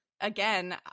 again